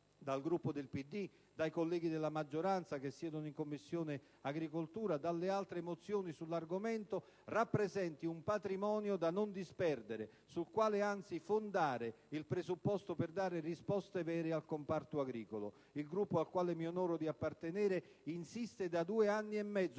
del Partito Democratico, dai colleghi della maggioranza che siedono in Commissione agricoltura e dalle altre mozioni sull'argomento, rappresenti un patrimonio da non disperdere, sul quale anzi fondare il presupposto per dare risposte vere al comparto agricolo. Il Gruppo al quale mi onoro di appartenere insiste da due anni e mezzo